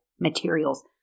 materials